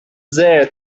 there